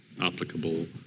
applicable